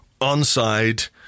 onside